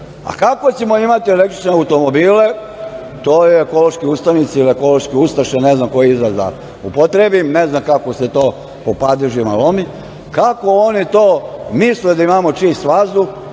a kako ćemo imati električne automobile, to ekološki ustanici ili ekološke ustaše, ne znam koji izraz da upotrebim, ne znam kako se to po padežima lomi, kako oni to misle da imamo čist vazduh